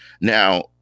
Now